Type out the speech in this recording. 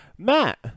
Matt